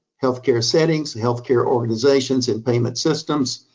healthcare settings, healthcare organizations, and payment systems.